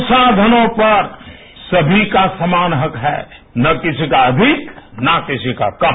संसाधनों पर सभी का समान हक है न किसी का अधिक न किसी का कम